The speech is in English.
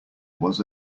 was